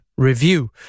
Review